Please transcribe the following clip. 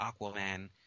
Aquaman